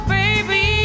baby